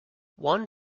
one